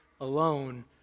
alone